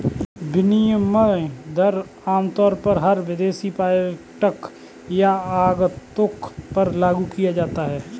विनिमय दर आमतौर पर हर विदेशी पर्यटक या आगन्तुक पर लागू किया जाता है